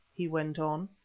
he went on,